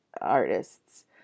artists